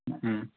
ꯎꯝ